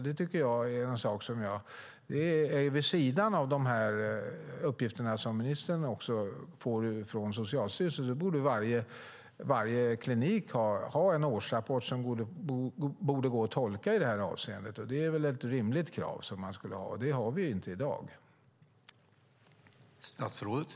Det här är vid sidan av de uppgifter som ministern får från Socialstyrelsen. Varje klinik borde lägga fram en årsrapport som kan tolkas i det avseendet. Det är ett rimligt krav som inte finns i dag.